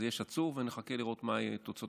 יש עצור ונחכה לראות מה יהיו תוצאות